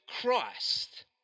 Christ